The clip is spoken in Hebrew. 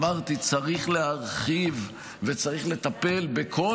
אמרתי: צריך להרחיב וצריך לטפל בכל